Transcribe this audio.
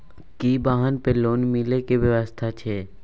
की वाहन पर लोन मिले के व्यवस्था छै?